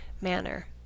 manner